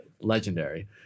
Legendary